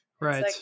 right